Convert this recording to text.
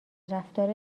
رفتار